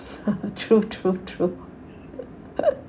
true true true